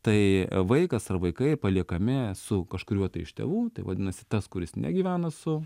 tai vaikas ar vaikai paliekami su kažkuriuo tai iš tėvų tai vadinasi tas kuris negyvena su